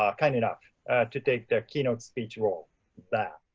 ah kind enough to take their keynote speech role there,